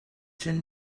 cun